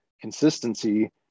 consistency